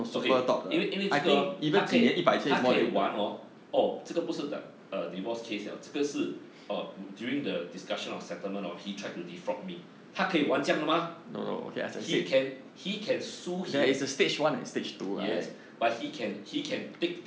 okay 因为因为这个 orh 他可以他可以玩 orh oh 这个不是 the uh divorce case liao 这个是 orh during the discussion of settlement orh he tried to defraud me 他可以玩这样的吗 he can he can sue him yes but he can he can take